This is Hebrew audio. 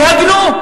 יגנו.